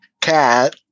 cat